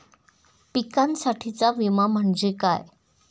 पिकांसाठीचा विमा म्हणजे काय?